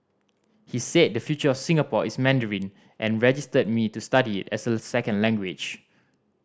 he said the future of Singapore is Mandarin and registered me to study it as a second language